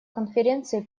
конференции